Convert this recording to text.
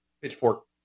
pitchfork